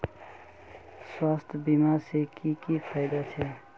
स्वास्थ्य बीमा से की की फायदा छे?